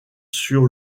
sur